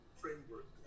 framework